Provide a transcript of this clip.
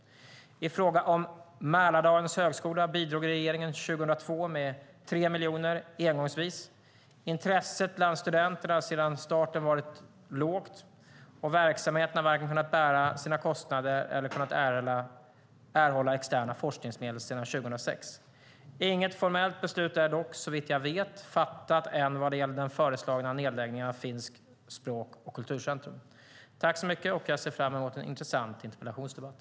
I fråga om Mälardalens högskola bidrog regeringen 2002 med 3 miljoner kronor engångsvis. Intresset bland studenterna har sedan starten varit lågt, och verksamheten har varken kunnat bära sina kostnader eller kunnat erhålla externa forskningsmedel sedan 2006. Inget formellt beslut är dock, såvitt jag vet, fattat än vad gäller den föreslagna nedläggningen av Finskt språk och kulturcentrum. Jag ser fram emot en intressant interpellationsdebatt.